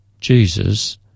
Jesus